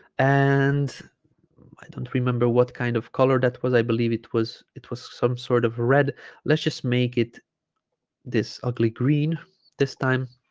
and i don't remember what kind of color that was i believe it was it was some sort of red let's just make it this ugly green this time